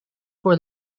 for